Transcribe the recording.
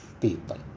people